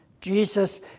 Jesus